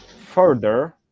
further